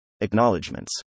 Acknowledgements